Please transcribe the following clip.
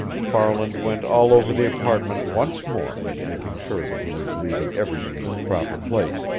farland went all over the apartment once more, making sure that he was leaving everything in its proper place,